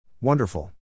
Wonderful